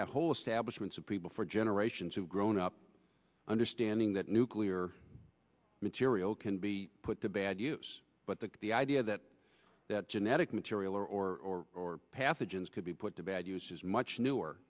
had whole establishment so people for generations have grown up understanding that nuclear material can be put to bad use but the the idea that that genetic material or or or pathogens could be put to bad use is much newer